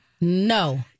no